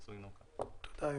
תודה.